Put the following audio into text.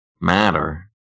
matter